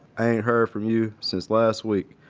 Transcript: i ain't heard from you since last week.